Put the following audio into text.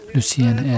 Lucien